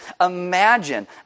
Imagine